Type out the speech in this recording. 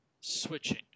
switching